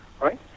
right